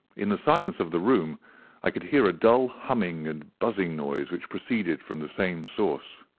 in the silence of the room i could hear a dull humming and buzzing noise which proceeded from the same source.